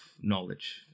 knowledge